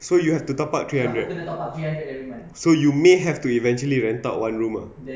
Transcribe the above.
so you have to top up three hundred so you may have to eventually rent out one room ah